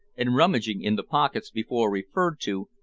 and rummaging in the pockets before referred to,